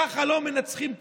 ככה לא מנצחים קורונה.